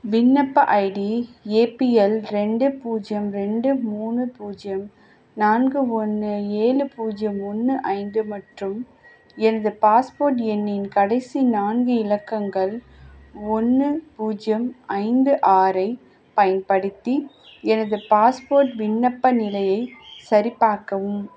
விண்ணப்ப ID APL ரெண்டு பூஜ்யம் ரெண்டு மூணு பூஜ்யம் நான்கு ஒன்று ஏழு பூஜ்யம் ஒன்று ஐந்து மற்றும் எனது பாஸ்போர்ட் எண்ணின் கடைசி நான்கு இலக்கங்கள் ஒன்னு பூஜ்யம் ஐந்து ஆறை பயன்படுத்தி எனது பாஸ்போர்ட் விண்ணப்ப நிலையை சரி பார்க்கவும்